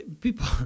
people